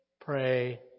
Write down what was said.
pray